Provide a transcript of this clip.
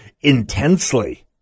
intensely